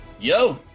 Yo